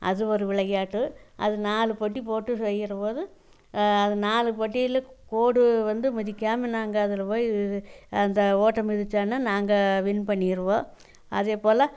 அது ஒரு விளையாட்டு அது நாலு பொட்டி போட்டு செய்கிறபோது அது நாலு பொட்டியில் கோடு வந்து மிதிக்காமல் நாங்கள் அதில் போய் அந்த ஓட்டை மிதித்தோன்னா நாங்கள் வின் பண்ணிடுவோம் அதேபோல